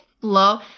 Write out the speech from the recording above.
flow